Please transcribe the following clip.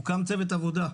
הוקם צוות עבודה,